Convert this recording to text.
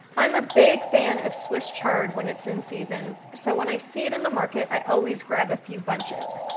i'm a big fan of swiss chard when it's in season. so when i see it in the market, i always grab a few bunches.